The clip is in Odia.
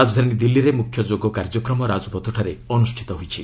ରାଜଧାନୀ ଦିଲ୍ଲୀରେ ମୁଖ୍ୟ ଯୋଗ କାର୍ଯ୍ୟକ୍ରମ ରାଜପଥଠାରେ ଅନୁଷ୍ଠିତ ହୋଇଛି